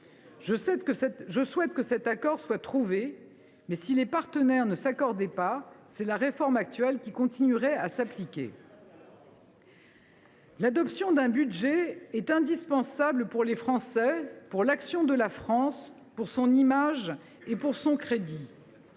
Je souhaite que cet accord soit trouvé, mais si les partenaires ne s’accordaient pas, c’est la réforme actuelle qui continuerait à s’appliquer. » On peut être tranquilles, alors !« L’adoption d’un budget est indispensable pour les Français, pour l’action de la France, pour son image et pour son crédit.